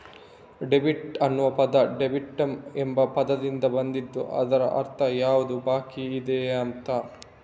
debit ಅನ್ನುವ ಪದ ಡೆಬಿಟಮ್ ಎಂಬ ಪದದಿಂದ ಬಂದಿದ್ದು ಇದ್ರ ಅರ್ಥ ಯಾವುದು ಬಾಕಿಯಿದೆ ಅಂತ